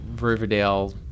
Riverdale